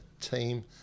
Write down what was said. team